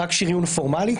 רק שריון פורמלי,